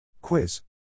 Quiz